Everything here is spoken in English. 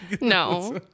No